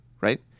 Right